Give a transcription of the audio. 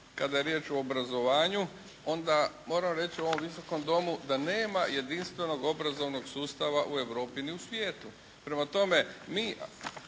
kada je riječ o obrazovanju onda moram reći u ovom Visokom domu da nema jedinstvenog obrazovnog sustava u Europi ni u svijetu. Prema tome, mi